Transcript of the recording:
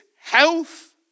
health